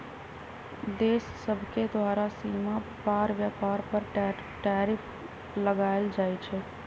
देश सभके द्वारा सीमा पार व्यापार पर टैरिफ लगायल जाइ छइ